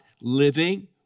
Living